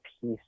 peace